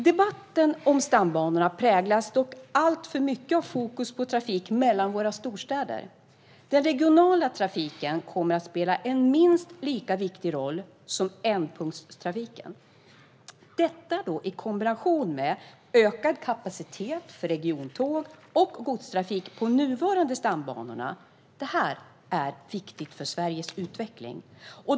Debatten om stambanorna präglas dock alltför mycket av ett fokus på trafik mellan våra storstäder. Den regionala trafiken kommer att spela en minst lika viktig roll som ändpunktstrafiken. Den regionala trafiken i kombination med ökad kapacitet för regionaltåg och godstrafik på de nuvarande stambanorna är viktig för Sveriges utveckling.